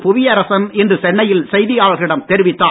புவியரசன் இன்று சென்னையில் செய்தியாளர்களிடம் தெரிவித்தார்